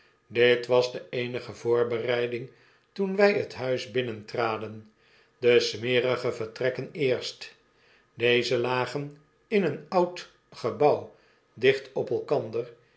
dit was de eenige voorbereiding toen wij t huis binnentraden de smerige vertrekken eerst deze lagen in een oud gebouw dicht op elkander